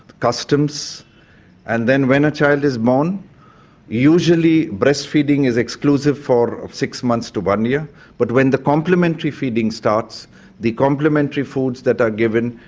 customs and then when a child is born usually breast feeding is exclusive for six months to one year but when the complementary feeding starts the complementary foods that are given,